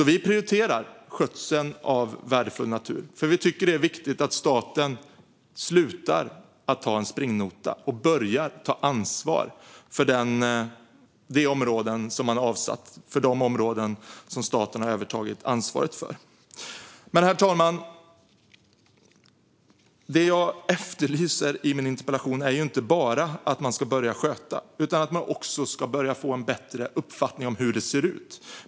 Vi prioriterar alltså skötseln av värdefull natur, för vi tycker att det är viktigt att staten slutar att ta en springnota och börjar ta ansvar för de områden där staten åtagit sig detta. Herr talman! Det som jag efterlyser i min interpellation är inte bara bättre skötsel, utan också att man ska få en bättre uppfattning om hur det ser ut.